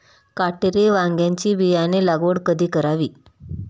काटेरी वांग्याची बियाणे लागवड कधी करावी?